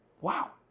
Wow